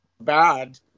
bad